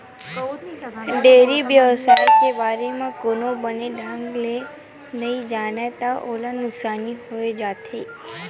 dairy बेवसाय के बारे म कोनो बने ढंग ले नइ जानय त ओला नुकसानी होइ जाथे